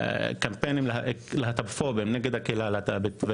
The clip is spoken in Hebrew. קמפיינים להט"בופובים, נגד הקהילה הלהט״בית.